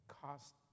cost